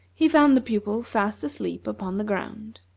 he found the pupil fast asleep upon the ground.